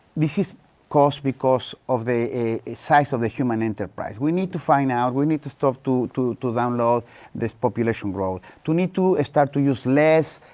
this is caused because of the, ah, size of the human enterprise. we need to find out, we need to stop, to, to to download this population growth, to need to, ah, start to use less,